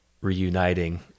reuniting